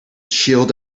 shield